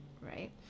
right